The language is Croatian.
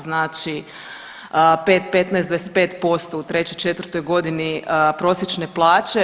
Znači 5, 15, 25% u 3, 4 godini prosječne plaće.